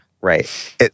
Right